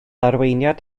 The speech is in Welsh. arweiniad